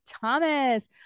Thomas